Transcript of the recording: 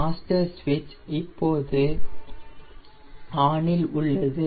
master சுவிட்ச் இப்போது on நிலையில் உள்ளது